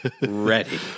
ready